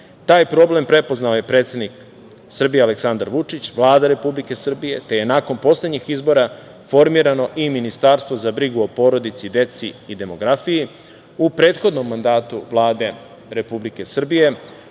Taj problem prepoznao je predsednik Srbije Aleksandar Vučić, Vlada Republike Srbije, te je nakon poslednjih izbora formirano i Ministarstvo za brigu o porodici i deci i demografiji. U prethodnom mandatu Vlade Republike Srbije